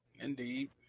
Indeed